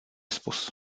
spus